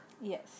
Yes